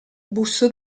busto